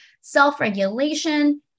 self-regulation